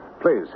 Please